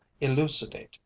elucidate